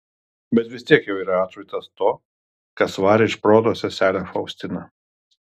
bet vis tiek jau yra atšvaitas to kas varė iš proto seselę faustiną